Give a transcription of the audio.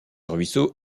ruisseau